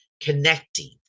connecting